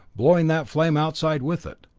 blowing that flame outside with it.